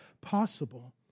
possible